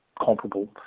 comparable